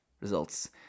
results